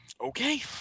okay